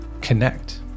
connect